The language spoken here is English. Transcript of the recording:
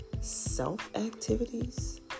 self-activities